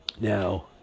Now